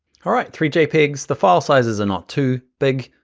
all right, three jpegs, the file sizes are not too big,